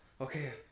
okay